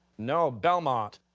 no, belmont?